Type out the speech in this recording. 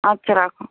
আচ্ছা রাখো